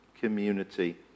community